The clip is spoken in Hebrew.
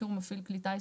בטור "מפעיל כלי טיס",